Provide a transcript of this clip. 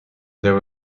there